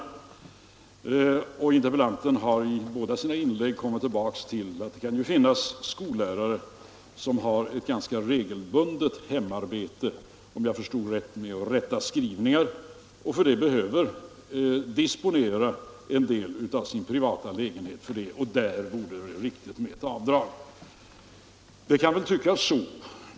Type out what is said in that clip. Interpellanten har i båda sina inlägg framhållit att det finns lärare som har ett ganska regelbundet hemarbete, såvitt jag förstod, med att rätta skrivningar och för det behöver disponera en del av sin privata lägenhet. I sådana fall borde det enligt interpellanten vara riktigt med ett avdrag. Det kan väl tyckas så.